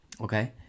Okay